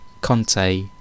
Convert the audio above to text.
Conte